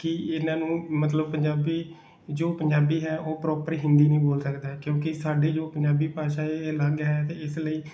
ਕਿ ਇਹਨਾਂ ਨੂੰ ਮਤਲਬ ਪੰਜਾਬੀ ਜੋ ਪੰਜਾਬੀ ਹੈ ਉਹ ਪ੍ਰੋਪਰ ਹਿੰਦੀ ਨਹੀਂ ਬੋਲ ਸਕਦਾ ਕਿਉਂਕਿ ਸਾਡੇ ਜੋ ਪੰਜਾਬੀ ਭਾਸ਼ਾ ਇਹ ਅਲੱਗ ਹੈ ਅਤੇ ਇਸ ਲਈ